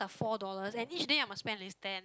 four dollars and each day I must spend at least ten